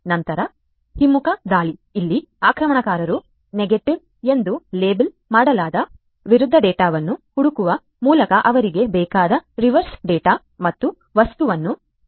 ನಂತರ ಹಿಮ್ಮುಖ ದಾಳಿ ಇಲ್ಲಿ ಆಕ್ರಮಣಕಾರರು ನೆಗೆಟಿವ್ ಎಂದು ಲೇಬಲ್ ಮಾಡಲಾದ ವಿರುದ್ಧ ಡೇಟಾವನ್ನು ಹುಡುಕುವ ಮೂಲಕ ಅವರಿಗೆ ಬೇಕಾದ ರಿವರ್ಸ್ ಡೇಟಾ ಮತ್ತು ವಸ್ತುವನ್ನು ಹುಡುಕುತ್ತಾರೆ